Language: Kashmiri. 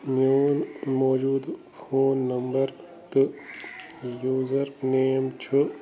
میٛون موٗجوٗدٕ فون نمبر تہٕ یوٗزر نیم چھُ